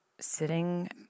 sitting